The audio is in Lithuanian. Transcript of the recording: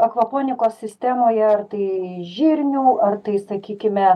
akvaponikos sistemoje ar tai žirnių ar tai sakykime